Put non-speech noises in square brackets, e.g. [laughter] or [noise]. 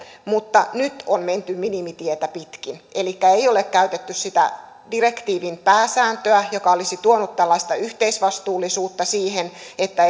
mutta nyt on menty minimitietä pitkin elikkä ei ole käytetty sitä direktiivin pääsääntöä joka olisi tuonut tällaista yhteisvastuullisuutta että [unintelligible]